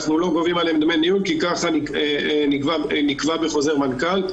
אנחנו לא גובים עליהם דמי ניהול כי ככה נקבע בחוזר מנכ"ל.